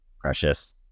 precious